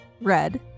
red